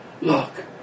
look